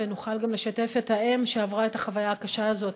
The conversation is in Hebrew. ונוכל גם לשתף את האם שעברה את החוויה הקשה הזאת,